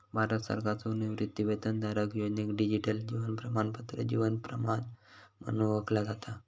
भारत सरकारच्यो निवृत्तीवेतनधारक योजनेक डिजिटल जीवन प्रमाणपत्र जीवन प्रमाण म्हणून ओळखला जाता